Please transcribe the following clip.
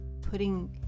putting